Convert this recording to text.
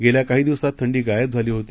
गेल्याकाहीदिवसातथंडीगायबझालीहोती